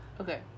Okay